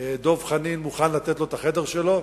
דב חנין מוכן לתת לו את החדר שלו.